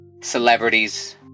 celebrities